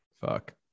fuck